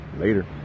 later